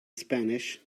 spanish